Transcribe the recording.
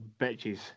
bitches